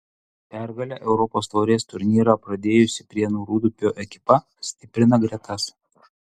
pergale europos taurės turnyrą pradėjusi prienų rūdupio ekipa stiprina gretas